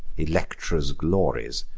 electra's glories,